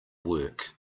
work